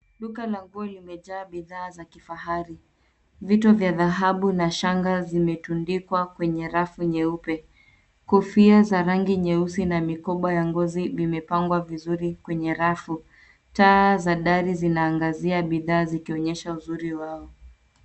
Duka la nguo limejaa bidhaa za kifahari. Vito vya dhahabu na shanga zimetundikwa kwenye rafu nyeupe. Kofia za rangi nyeusi na mikoba ya ngozi vimepangwa vizuri kwenye rafu. Taa za dari zinaangazia bidhaa zikionyesha uzuri wao.